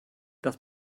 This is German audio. das